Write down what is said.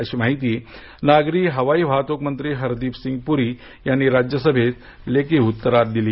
अशी माहिती नागरी हवाई वाहतूक मंत्री हरदिप सिंग पूरी यांनी राज्य सभेत लेखी उत्तरांत दिली